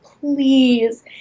please